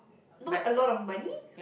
not a lot of money